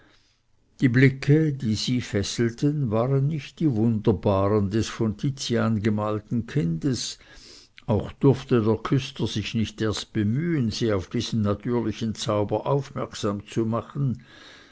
die blicke die sie fesselten waren nicht die wunderbaren des von tizian gemalten kindes auch durfte der küster sich nicht erst bemühen sie auf diesen natürlichen zauber aufmerksam zu machen